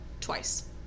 twice